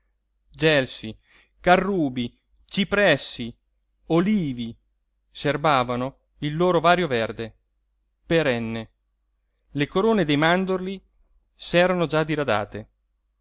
gelsi carrubi cipressi olivi serbavano il loro vario verde perenne le corone dei mandorli s'erano già diradate